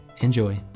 Enjoy